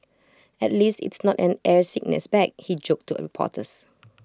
at least it's not an air sickness bag he joked to reporters